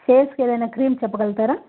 ఫేస్కి ఏదైనా క్రీమ్ చెప్పగలుగుతారా